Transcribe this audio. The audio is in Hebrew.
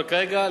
אבל כרגע,